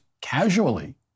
casually